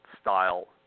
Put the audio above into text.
style